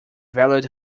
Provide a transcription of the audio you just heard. valued